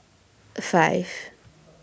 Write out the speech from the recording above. five